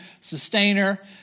Sustainer